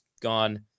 gone